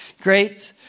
great